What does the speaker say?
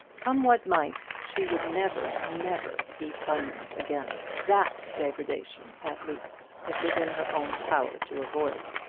come what might, she would never, never eat onions again. that degradation, at least, it was in her own power to avoid.